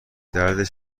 درد